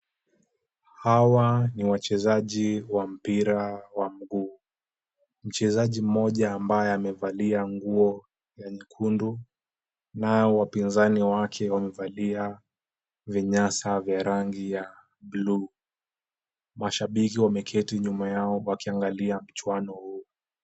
Hawa ni wachezaji wa mpira wa mguu .Mchezaji mmoja ambaye amevalia nguo ya nyekundu nao wapinzani wake wamevalia vinyasa vya rangi ya buluu. Mashabiki wameketi nyuma yao wakiangalia mchuano huu.